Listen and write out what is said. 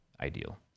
ideal